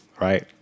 right